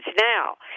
Now